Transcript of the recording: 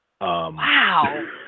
Wow